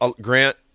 Grant